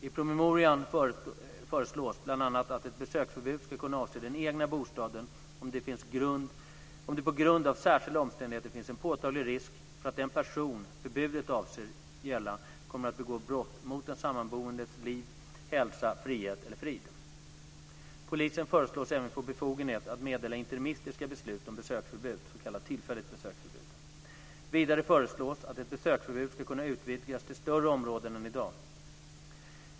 I promemorian föreslås bl.a. att ett besöksförbud ska kunna avse den egna bostaden om det på grund av särskilda omständigheter finns en påtaglig risk för att den person förbudet avses gälla kommer att begå brott mot en sammanboendes liv, hälsa, frihet eller frid. Polisen föreslås även få befogenhet att meddela interimistiska beslut om besöksförbud, s.k. tillfälligt besöksförbud. Vidare föreslås att ett besöksförbud ska kunna utvidgas till större områden än i dag.